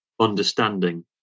understanding